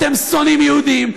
אתם שונאים יהודים.